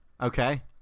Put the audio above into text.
Okay